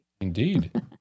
Indeed